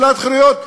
שלילת חירויות,